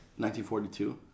1942